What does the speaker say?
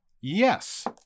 Yes